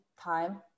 time